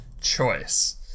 choice